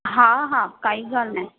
हा हा काई ॻाल्हि नाहे